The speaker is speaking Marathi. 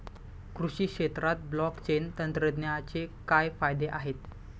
कृषी क्षेत्रात ब्लॉकचेन तंत्रज्ञानाचे काय फायदे आहेत?